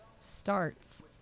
starts